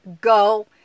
go